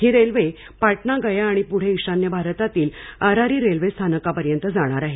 ही railway Patna Gaya आणि पुढे ईशान्य भारतातील आरारी रेल्वेस्थानकापर्यंत जाणार आहे